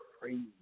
crazy